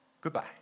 Goodbye